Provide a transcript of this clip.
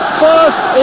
first